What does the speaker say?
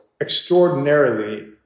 extraordinarily